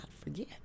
forget